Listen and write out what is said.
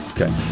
Okay